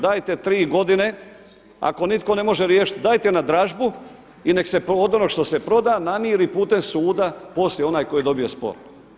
Dajte tri godine ako niko ne može riješiti, dajte na dražbu i neka se od onoga što se proda namiri putem suda poslije onaj tko je dobio spor.